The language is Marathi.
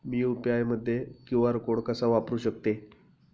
मी यू.पी.आय मध्ये क्यू.आर कोड कसा वापरु शकते?